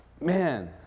man